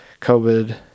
covid